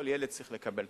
כל ילד צריך לקבל.